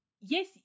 yes